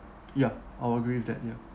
ya I will agree with that ya